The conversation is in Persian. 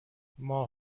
ماه